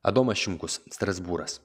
adomas šimkus strasbūras